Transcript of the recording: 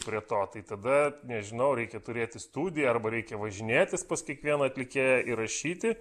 prie to tai tada nežinau reikia turėti studiją arba reikia važinėtis pas kiekvieną atlikėją įrašyti